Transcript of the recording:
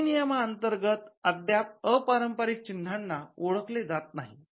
अधिनियमांतर्गत अद्याप अपारंपरिक चिन्हांना ओळखले जात नाहीत